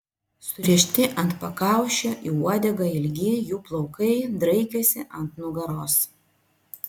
surišti ant pakaušio į uodegą ilgi jų plaukai draikėsi ant nugaros